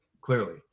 clearly